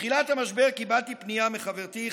בתחילת המשבר קיבלתי פנייה מחברתי,